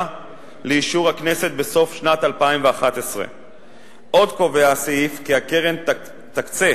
לאישור הכנסת בסוף שנת 2011. עוד קובע הסעיף כי הקרן תקצה